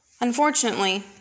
Unfortunately